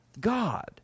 God